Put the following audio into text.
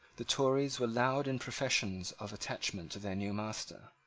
the tories were loud in professions of attachment to their new master.